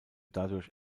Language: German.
dadurch